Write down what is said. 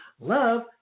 love